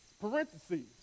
Parentheses